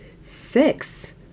six